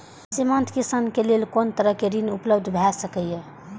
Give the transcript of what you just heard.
सीमांत किसान के लेल कोन तरहक ऋण उपलब्ध भ सकेया?